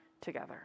together